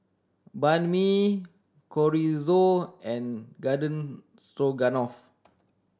Banh Mi Chorizo and Garden Stroganoff